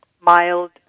mild